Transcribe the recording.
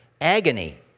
agony